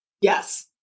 Yes